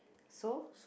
so